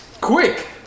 Quick